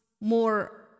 more